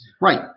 Right